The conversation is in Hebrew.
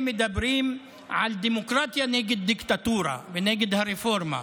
מדברים על דמוקרטיה נגד דיקטטורה ונגד הרפורמה,